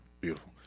Beautiful